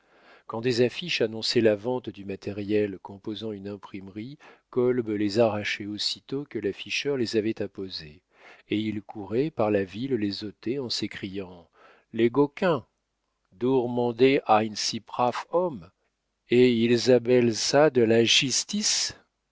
quand des affiches annonçaient la vente du matériel composant une imprimerie kolb les arrachait aussitôt que l'afficheur les avait apposées et il courait par la ville les ôter en s'écriant les goquins dourman der ein si prafe ôme ed ilz abellent ça de la